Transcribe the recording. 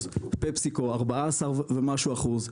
פפסיקו 14 ומשהו אחוז,